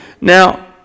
Now